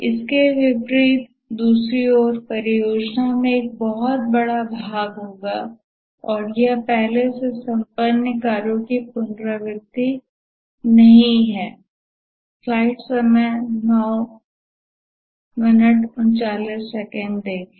इसके विपरीत दूसरी ओर परियोजना में यह बहुत अधिक बड़ा होगा और यह पहले से संपन्न कार्य की पुनरावृत्ति नहीं है